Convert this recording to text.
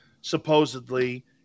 supposedly